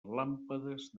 làmpades